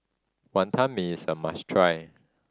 Wantan Mee is a must try